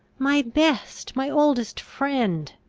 my best, my oldest friend!